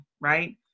right